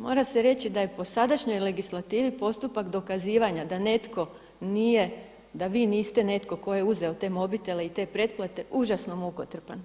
Mora se reći da je po sadašnjoj legislativi postupak dokazivanja da netko nije, da vi niste netko tko je uzeo te mobitele i te pretplate užasno mukotrpan,